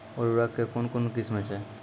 उर्वरक कऽ कून कून किस्म छै?